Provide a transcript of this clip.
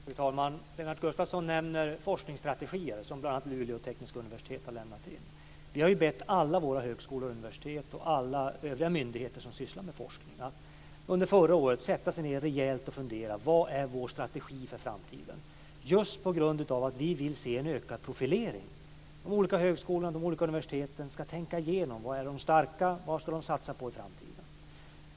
Fru talman! Lennart Gustavsson nämner forskningsstrategier som bl.a. Luleå tekniska universitet har lämnat in. Vi har bett alla våra högskolor och universitet och alla övriga myndigheter som sysslar med forskning att under förra året sätta sig ned och rejält fundera över vilken strategi de ska ha för framtiden. Detta har vi gjort därför att vi vill se en ökad profilering. De olika högskolorna och universiteten ska tänka igenom var de är starka och vad de ska satsa på i framtiden.